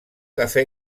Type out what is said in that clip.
cafè